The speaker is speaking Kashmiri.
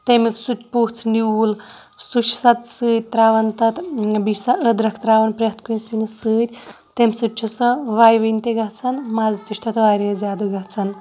تَمیُک سُہ پُژھ نیوٗل سُہ چھِ تَتھ سۭتۍ ترٛاوان تَتھ بیٚیہِ چھِ سۄ أدرَکھ ترٛاوان پرٛٮ۪تھ کُنہِ سِنِس سۭتۍ تمہِ سۭتۍ چھےٚ سۄ وَیوٕنۍ تہِ گژھان مَزٕ تہِ چھُ تَتھ واریاہ زیادٕ گژھان